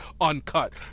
uncut